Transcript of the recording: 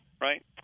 right